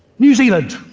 new zealand.